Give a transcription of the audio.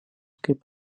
kaip